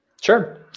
Sure